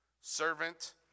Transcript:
servant